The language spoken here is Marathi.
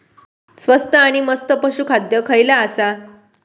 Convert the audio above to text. स्वस्त आणि मस्त पशू खाद्य खयला आसा?